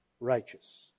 Righteous